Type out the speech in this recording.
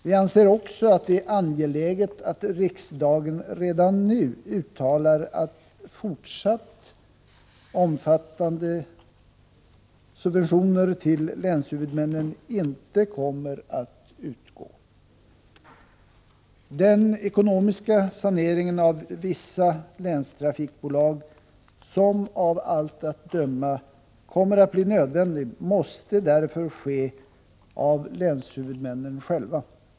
Vi anser också att det är angeläget att riksdagen redan nu uttalar att fortsatta omfattande subventioner till länshuvudmännen inte kommer att utgå. Den ekonomiska sanering av vissa länstrafikbolag som av allt att döma kommer att bli nödvändig måste därför genomföras av länshuvudmännen själva.